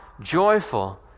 joyful